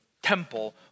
temple